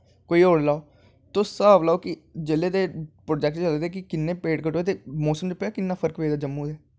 कोई होर लाओ तुस हिसाव लाओ कि जिसले दे प्रोजैक्ट चला दे किन्नें पेड़ कटोआ दे मौसम गी पता किन्ना फर्क पेई दा जम्मू दे